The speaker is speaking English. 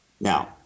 Now